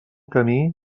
camí